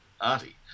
arty